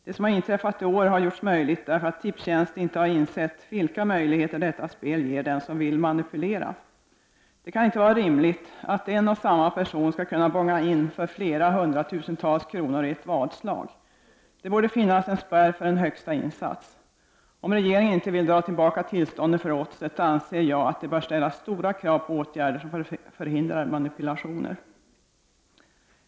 Det som inträffade i år har gjorts möjligt därför att Tipstjänst inte har insett vilka möjligheter detta spel ger den som vill manipulera. Det kan inte vara rimligt att en och samma person skall kunna bonga in för hundratusentals kronor i ett vadslag. Det borde finnas en spärr för en högsta insats. Om regeringen inte vill dra tillbaka tillståndet för Oddset, anser jag att det bör ställas höga krav på åtgärder som förhindrar manipulationer.